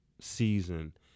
season